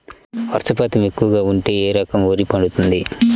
వర్షపాతం ఎక్కువగా ఉంటే ఏ రకం వరి పండుతుంది?